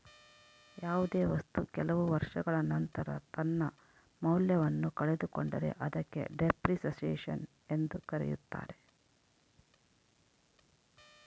ಯಾವುದೇ ವಸ್ತು ಕೆಲವು ವರ್ಷಗಳ ನಂತರ ತನ್ನ ಮೌಲ್ಯವನ್ನು ಕಳೆದುಕೊಂಡರೆ ಅದಕ್ಕೆ ಡೆಪ್ರಿಸಸೇಷನ್ ಎಂದು ಕರೆಯುತ್ತಾರೆ